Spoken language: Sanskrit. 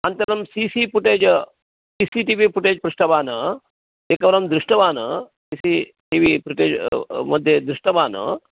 अन्तरं C C footage C C T V footage पृष्टवान् एकवारं दृष्टवान् C C T V footage मध्ये दृष्टवान्